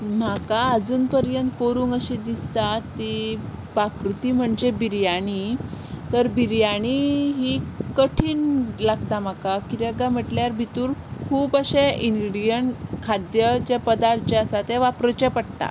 म्हाका आजून पर्यंत करूंक अशी दिसता ती पाककृती म्हणजे बिरयानी तर बिरयानी ही कठीण लागता म्हाका कित्याक काय म्हटल्यार भितर खूब अशे इनग्रिडियंट खाद्य जे पदार्थ जे आसा ते वापरचे पडटा